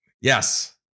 Yes